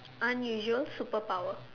unusual superpower